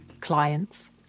clients